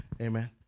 Amen